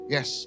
Yes